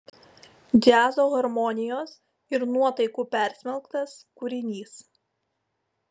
džiazo harmonijos ir nuotaikų persmelktas kūrinys